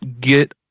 get